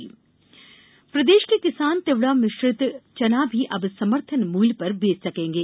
चना समर्थन मूल्य प्रदेश के किसान तिवड़ा मिश्रित चना भी अब समर्थन मूल्य पर बेच सकेंगे